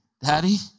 daddy